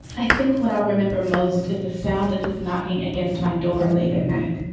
i think what i remember most is the sound of his knocking against my door late at night